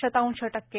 शतांश टक्के